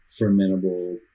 fermentable